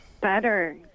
Better